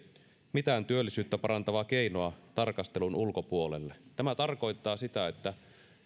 mitään työllisyyttä parantavaa keinoa tarkastelun ulkopuolelle tämä tarkoittaa sitä että